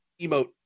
emote